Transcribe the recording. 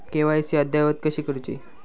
KYC अद्ययावत कशी करुची?